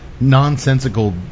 nonsensical